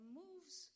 moves